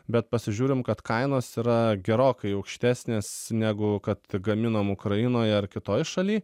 bet pasižiūrim kad kainos yra gerokai aukštesnės negu kad gaminom ukrainoje ar kitoj šaly